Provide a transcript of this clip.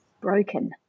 broken